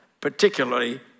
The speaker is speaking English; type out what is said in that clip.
Particularly